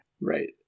Right